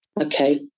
Okay